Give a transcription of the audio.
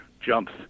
jumps